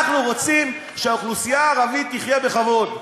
אנחנו רוצים שהאוכלוסייה הערבית תחיה בכבוד,